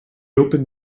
opened